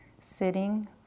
sitting